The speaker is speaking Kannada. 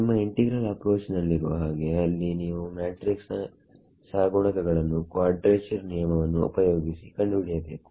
ನಿಮ್ಮ ಇಂಟಿಗ್ರಲ್ ಅಪ್ರೋಚ್ ನಲ್ಲಿರುವ ಹಾಗೆ ಅಲ್ಲಿ ನೀವು ಮ್ಯಾಟ್ರಿಕ್ಸ್ ನ ಸಹಗುಣಕಗಳನ್ನು ಕ್ವಾಡ್ರೇಚರ್ ನಿಯಮ ವನ್ನು ಉಪಯೋಗಿಸಿ ಕಂಡುಹಿಡಿಯಬೇಕು